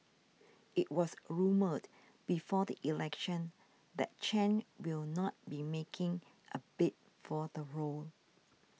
it was rumoured before the election that Chen will not be making a bid for the role